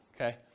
okay